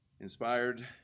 Inspired